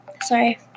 sorry